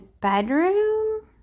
bedroom